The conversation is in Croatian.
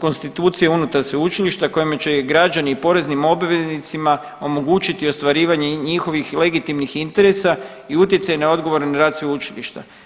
konstitucije unutar sveučilišta kojim će i građani i poreznim obveznicima omogućiti ostvarivanje njihovih legitimnih interesa i utjecaj na odgovoran rad sveučilišta.